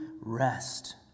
rest